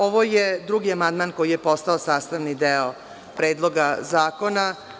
Ovo je drugi amandman koji je postao sastavni deo Predloga zakona.